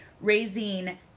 raising